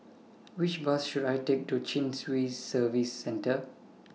Which Bus should I Take to Chin Swee Service Centre